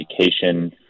education